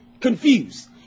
confused